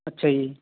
ਅੱਛਾ ਜੀ